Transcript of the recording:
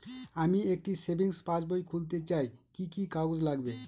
আমি একটি savings passbook খুলতে চাই কি কি কাগজ লাগবে?